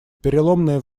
переломное